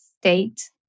state